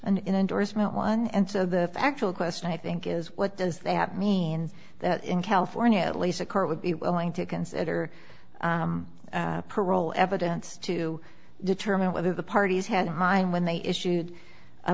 an endorsement one and so the factual question i think is what does that mean that in california at least a court would be willing to consider parole evidence to determine whether the parties had high when they issued a